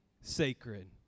sacred